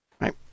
Right